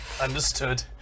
Understood